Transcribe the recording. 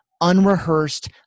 unrehearsed